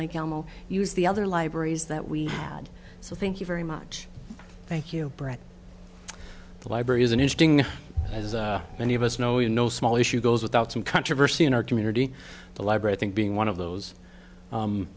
lake elmo use the other libraries that we had so thank you very much thank you brian library is an interesting as many of us know in no small issue goes without some controversy in our community the library thing being one of those